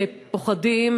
פוחדים,